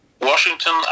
Washington